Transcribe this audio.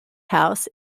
house